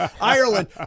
Ireland